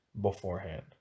beforehand